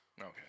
Okay